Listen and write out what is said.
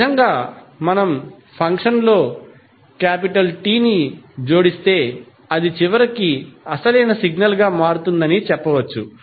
ఈ విధంగా మనం ఫంక్షన్లో T ని జోడిస్తే అది చివరికి అసలైన సిగ్నల్గా మారుతుందని చెప్పవచ్చు